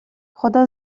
خدا